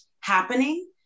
happening